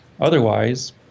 Otherwise